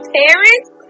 parents